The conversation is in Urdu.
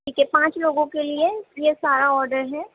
ٹھیک ہے پانچ لوگوں کے لیے یہ سارا آڈر ہے